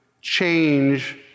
change